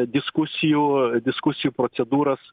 diskusijų diskusijų procedūras